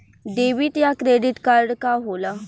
Debit या credit card का होला?